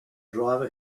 driver